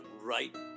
right